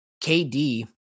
KD